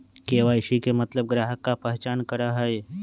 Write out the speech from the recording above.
KYC के मतलब ग्राहक का पहचान करहई?